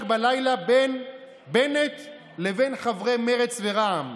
בלילה בין בנט לבין חברי מרצ ורע"מ.